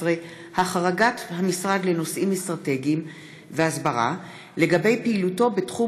16) (החרגת המשרד לנושאים אסטרטגיים והסברה לגבי פעילותו בתחום